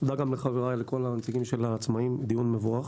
תודה לחבריי ולכל נציגי העצמאיים, דיון מבורך.